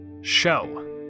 show